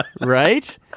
Right